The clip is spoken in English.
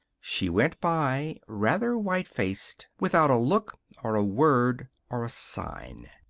she went by rather white-faced without a look or a word or a sign!